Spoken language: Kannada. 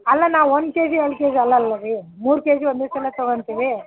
ಅಲ್ಲ ನಾವು ಒಂದು ಕೆ ಜಿ ಎರಡು ಕೆ ಜಿ ಅಲ್ಲ ಅಲ್ಲ ರೀ ಮೂರು ಕೆ ಜಿ ಒಂದೇ ಸಲ ತೊಗೊಳ್ತೀವಿ